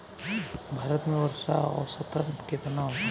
भारत में वर्षा औसतन केतना होला?